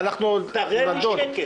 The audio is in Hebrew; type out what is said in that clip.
היא תשמח.